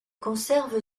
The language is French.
conserve